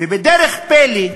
ובדרך פלא,